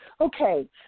okay